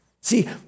See